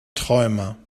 träumer